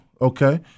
okay